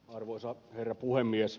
arvoisa herra puhemies